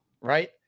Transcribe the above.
right